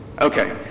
Okay